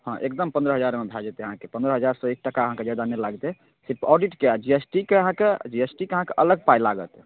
हँ एगदम पनरह हजारमे भऽ जेतै अहाँके पनरह हजारसँ एक टका अहाँके ज्यादा नहि लागतै सिर्फ ऑडिटके आओर जी एस टी के अहाँके जी एस टी के अहाँके अलग पाइ लागत